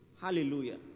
Hallelujah